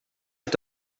est